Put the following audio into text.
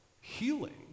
healing